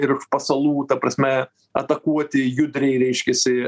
ir iš pasalų ta prasme atakuoti judriai reiškiasi